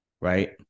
Right